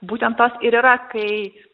būtent tos ir yra kai